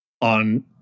on